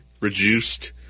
reduced